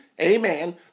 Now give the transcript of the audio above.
amen